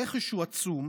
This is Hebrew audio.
הרכש הוא עצום.